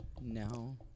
No